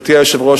ישים לב,